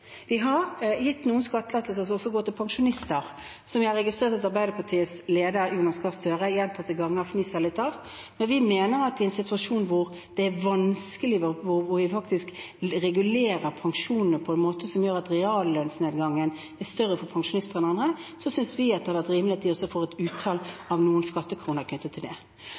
Vi har gitt noen skattelettelser som også går til pensjonister, som jeg har registrert at Arbeiderpartiets leder, Jonas Gahr Støre, gjentatte ganger fnyser litt av. Men i en situasjon hvor det er vanskelig, hvor vi faktisk regulerer pensjonene på en måte som gjør at reallønnsnedgangen er større for pensjonister enn andre, synes vi det har vært rimelig at de også får noen skattekroner knyttet til det.